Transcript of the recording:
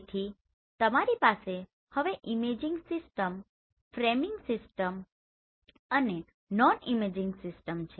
તેથી તમારી પાસે હવે ઇમેજિંગ સિસ્ટમ ફ્રેમિંગ સિસ્ટમ અને નોન ઇમેજિંગ સિસ્ટમ છે